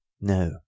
No